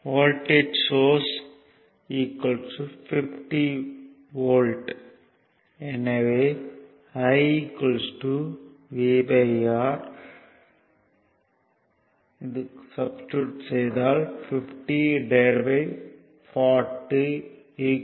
voltage source 50 V எனவே I VR 50 40 1